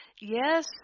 Yes